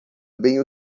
bem